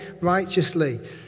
righteously